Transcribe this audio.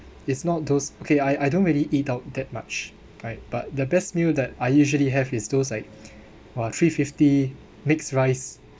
it's not those okay I I don't really eat out that much right but the best meal that I usually have is those like !wah! three fifty mixed rice